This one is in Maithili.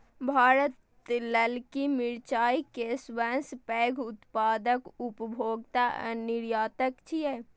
भारत ललकी मिरचाय के सबसं पैघ उत्पादक, उपभोक्ता आ निर्यातक छियै